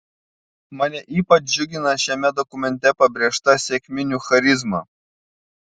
mane ypač džiugina šiame dokumente pabrėžta sekminių charizma